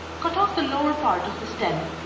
cut off the lower part of the stem,